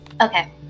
Okay